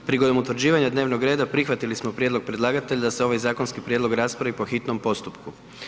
Prigodom utvrđivanja dnevnog reda prihvatili smo prijedlog predlagatelja da se ovaj zakonski prijedlog raspravi po hitnom postupku.